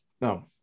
No